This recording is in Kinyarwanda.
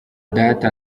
data